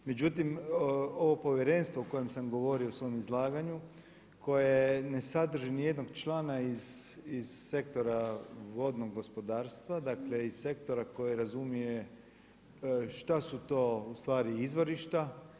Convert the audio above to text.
Međutim, ovo povjerenstvo o kojem sam govorio u svom izlaganju koje ne sadrži ni jednog člana iz sektora vodnog gospodarstva, dakle iz sektora koje razumije šta su to u stvari izvorišta.